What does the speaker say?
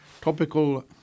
topical